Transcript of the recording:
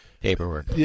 paperwork